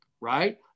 right